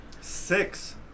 six